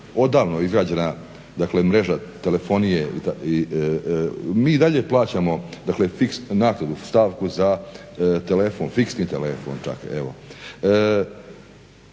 odavno izgrađena, dakle mreža telefonije mi i dalje plaćamo naknadu stavku za telefon, fiksni telefon čak